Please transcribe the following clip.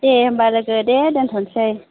दे होनबा लोगो दे दोन्थ'सै